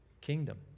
kingdom